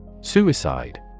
Suicide